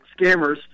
scammers